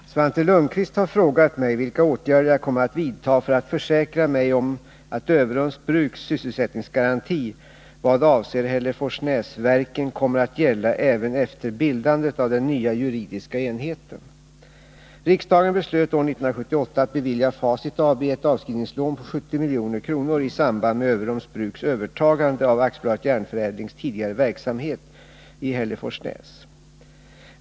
Herr talman! Svante Lundkvist har frågat mig vilka åtgärder jag kommer att vidta för att försäkra mig om att Överums bruks sysselsättningsgaranti i vad avser Hälleforsnäsverken kommer att gälla även efter bildandet av den nya juridiska enheten. Riksdagen beslöt år 1978 att bevilja Facit AB ett avskrivningslån på 70 milj.kr. i samband med Överums bruks övertagande av AB Järnförädlings tidigare verksamhet i Hälleforsnäs .